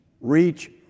reach